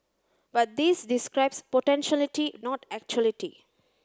but this describes potentiality not actuality